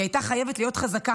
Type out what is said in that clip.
"היא הייתה חייבת להיות חזקה,